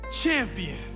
Champion